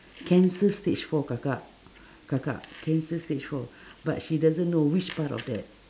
cancer stage four kakak kakak cancer stage four but she doesn't know which part of that